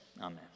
Amen